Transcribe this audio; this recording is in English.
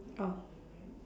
oh